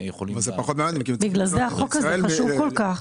בגלל זה החוק הזה חשוב כל כך.